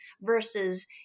versus